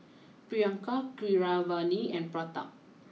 Priyanka Keeravani and Pratap